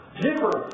different